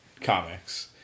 comics